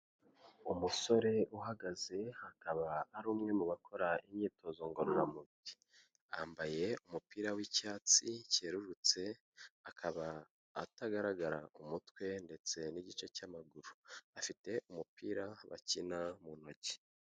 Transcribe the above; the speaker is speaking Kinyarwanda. Umusore uhagaze akaba ari umwe mu bakora imyitozo ngororamubiri. Yambaye umupira w'icyatsi cyererutse akaba atagaragara umutwe ndetse n'igice cy'amaguru. Afite umupira bakina mu ntoki.